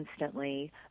instantly